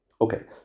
Okay